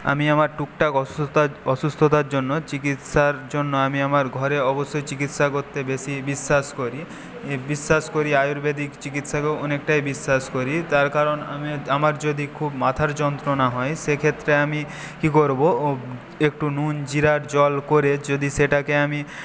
আমি আমার টুক টাক অসুস্থ অসুস্থতার জন্য চিকিৎসার জন্য আমি আমার ঘরে অবশ্যই চিকিৎসা করতে বেশি বিশ্বাস করি বিশ্বাস করি আয়ুর্বেদিক চিকিৎসাকেও অনেকটাই বিশ্বাস করি তার কারণ আমি আমার যদি খুব মাথার যন্ত্রনা হয় সেক্ষেত্রে আমি কি করব একটু নুন জিরার জল করে যদি সেটাকে আমি